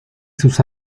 sus